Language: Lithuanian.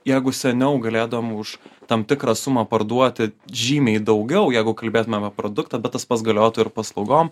jeigu seniau galėdavom už tam tikrą sumą parduoti žymiai daugiau jeigu kalbėtumėm produktą bet tas pats galiotų ir paslaugom